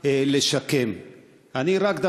והיום יש להם משימה, לשקם.